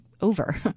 over